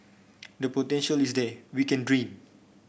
the potential is there we can dream